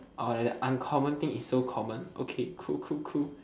all right uncommon thing is so common okay cool cool cool